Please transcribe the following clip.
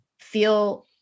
feel